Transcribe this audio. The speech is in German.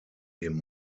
dem